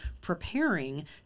preparing